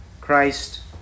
Christ